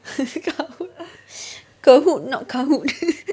kahoot kahoot not kahoot